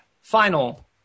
Final